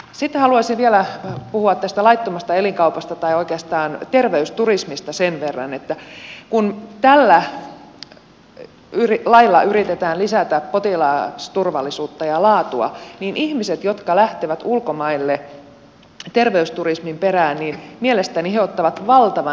sitten haluaisin vielä puhua tästä laittomasta elinkaupasta tai oikeastaan terveysturismista sen verran että kun tällä lailla yritetään lisätä potilasturvallisuutta ja laatua niin ihmiset jotka lähtevät ulkomaille terveysturismin perään mielestäni ottavat valtavan riskin siinä